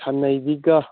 ꯁꯟꯅꯩꯕꯤꯒ